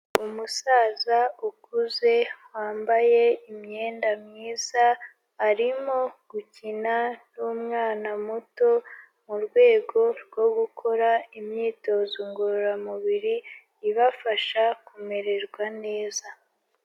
Umusaza ukuze wambaye imyenda myiza arimo gukina n'umwana muto mu rwego rwo gukora imyitozo ngororamubiri ibafasha kumererwa neza.